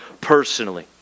personally